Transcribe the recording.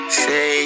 say